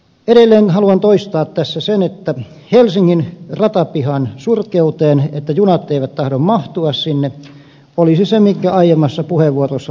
edelleen haluan toistaa tässä sen että ratkaisu siihen helsingin ratapihan surkeuteen että junat eivät tahdo mahtua sinne olisi se minkä aiemmassa puheenvuorossa toin esille